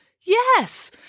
Yes